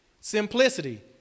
Simplicity